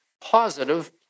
positive